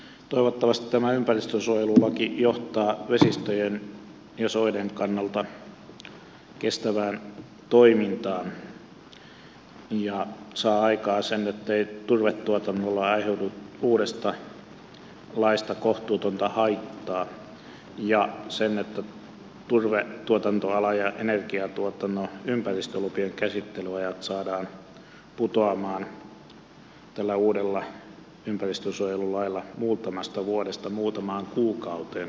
toivottavasti tämä ympäristönsuojelulaki johtaa vesistöjen ja soiden kannalta kestävään toimintaan ja saa aikaan sen ettei turvetuotannolle aiheudu uudesta laista kohtuutonta haittaa ja sen että turvetuotantoalan ja energiantuotannon ympäristölupien käsittelyajat saadaan putoamaan tällä uudella ympäristönsuojelulailla muutamasta vuodesta muutamaan kuukauteen niin että saadaan tehostettua toimintaa